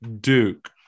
Duke